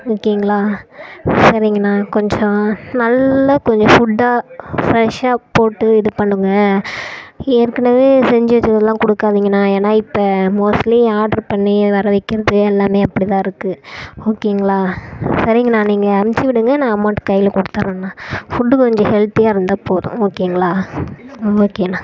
ஓகேங்களா சரிங்கண்ணா கொஞ்சம் நல்ல கொஞ்சம் ஃபுட்டாக பிஃரெஷ்ஷாக போட்டு இது பண்ணுங்க ஏற்கனவே செஞ்சு வைச்சதெல்லாம் கொடுக்காதிங்கண்ணா ஏன்னால் இப்போ மோஸ்ட்லி ஆட்ரு பண்ணி வர வைக்கிறது எல்லாமே அப்படி தான் இருக்குது ஓகேங்களா சரிங்கண்ணா நீங்கள் அமுச்சு விடுங்க நான் அமௌண்ட் கையில் கொடுத்துட்றண்ணா ஃபுட்டு கொஞ்சம் ஹெல்த்தியாக இருந்தால் போதும் ஓகேங்களா ஓகேண்ணா